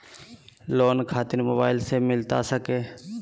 Loan खातिर mobile से मिलता सके?